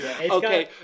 Okay